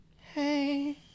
Hey